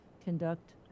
conduct